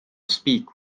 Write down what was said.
speak